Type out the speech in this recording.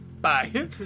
Bye